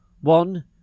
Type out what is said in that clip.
one